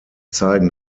zeigen